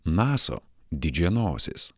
naso didžianosis